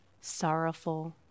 sorrowful